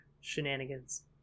shenanigans